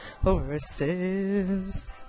horses